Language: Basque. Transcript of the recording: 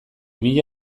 mila